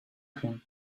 him